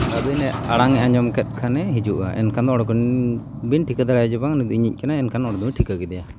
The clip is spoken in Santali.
ᱟᱹᱵᱤᱱᱟᱜ ᱟᱲᱟᱝ ᱮ ᱟᱸᱡᱚᱢ ᱠᱮᱜ ᱠᱷᱟᱱᱮ ᱦᱤᱡᱩᱜᱼᱟ ᱮᱱᱠᱷᱟᱱ ᱫᱚ ᱚᱸᱰᱮ ᱠᱷᱚᱱ ᱵᱤᱱ ᱴᱷᱤᱠᱟᱹ ᱫᱟᱲᱮ ᱟᱭᱟ ᱡᱮ ᱵᱟᱝ ᱱᱩᱭ ᱫᱚ ᱤᱧᱤᱡᱽ ᱠᱟᱱᱟᱭ ᱮᱱᱠᱷᱟᱱ ᱱᱩᱭ ᱵᱤᱱ ᱴᱷᱤᱠᱟᱹ ᱠᱮᱫᱮᱭᱟ